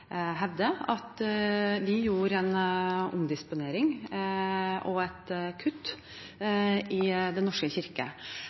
at vi gjorde en omdisponering og et kutt